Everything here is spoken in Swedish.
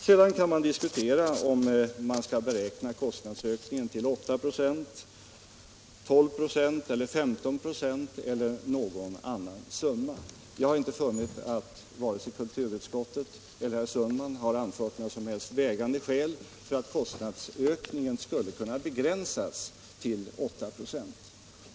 Sedan kan man naturligtvis diskutera om kostnadsökningen bör beräknas till 8 96, 12 96, 15 96 eller till någon annan siffra. Jag har inte funnit att vare sig kulturutskottet eller herr Sundman har anfört något som helst vägande skäl för att kostnadsökningen skulle kunna begränsas till 8 96.